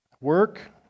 work